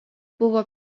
buvo